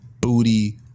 booty